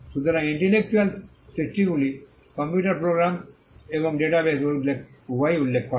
সুতরাং ইন্টেলেকচুয়াল সৃষ্টিগুলি computer program এবং ডেটা বেস উভয়ই উল্লেখ করে